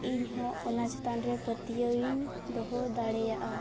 ᱤᱧ ᱦᱚᱸ ᱚᱱᱟ ᱪᱮᱛᱟᱱ ᱨᱮ ᱯᱟᱹᱛᱭᱟᱹᱣᱤᱧ ᱫᱚᱦᱚ ᱫᱟᱲᱮᱭᱟᱜᱼᱟ